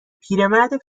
پیرمرد